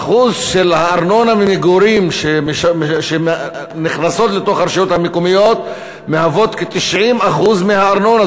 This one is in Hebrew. האחוז של הארנונה ממגורים שנכנס לרשויות המקומיות מהווה כ-90% מהארנונה,